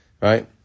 Right